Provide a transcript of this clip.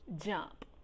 jump